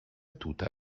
tuta